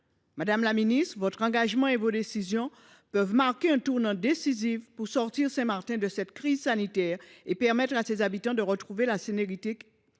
Madame la ministre, votre engagement et vos décisions peuvent marquer un tournant décisif pour sortir Saint Martin de cette crise sanitaire et permettre à ses habitants de retrouver la sérénité